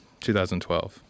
2012